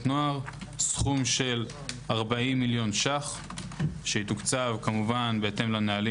נוער סכום של 40 מיליון ₪ שיתוקצב כמובן בהתאם לנהלים